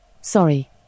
Sorry